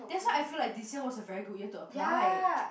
that's why I feel like this year was a very good year to apply